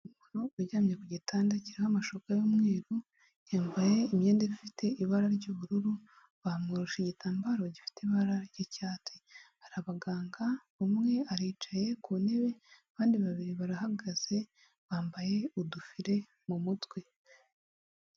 Umuntu uryamye ku gitanda kiriho amashuka y'umweru, yambaye imyenda ifite ibara ry'ubururu, bamworoshe igitambaro gifite ibara ry'icyatsi, hari abaganga, umwe aricaye ku ntebe, abandi babiri barahagaze bambaye udufire mu mutwe.